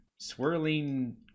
swirling